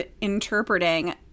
interpreting